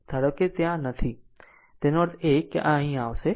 ધારો કે તે ત્યાં નથી તેનો અર્થ એ કે આ અહીં આવશે